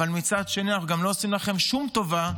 אבל מצד שני אנחנו גם לא עושים שום טובה,